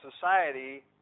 society